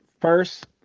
first